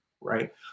right